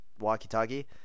walkie-talkie